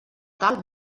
tal